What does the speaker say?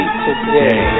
today